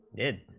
it